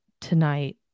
tonight